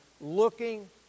looking